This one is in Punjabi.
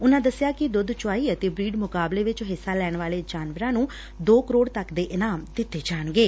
ਉਨਾਂ ਦੱਸਿਆ ਕਿ ਦੁੱਧ ਚੁਆਈ ਅਤੇ ਬਰੀਡ ਮੁਕਾਬਲੇ ਵਿੱਚ ਹਿੱਸਾ ਲੈਣ ਵਾਲੇ ਜਾਨਵਰਾਂ ਨੂੰ ਦੋ ਕਰੋੜ ਤੱਕ ਦੇ ਨਕਦ ਇਨਾਮ ਦਿੱਤੇ ਜਾਣਗੇ